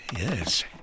Yes